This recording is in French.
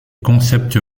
concepts